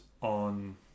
on